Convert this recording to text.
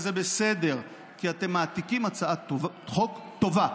זה בסדר, כי אתם מעתיקים הצעת חוק טובה.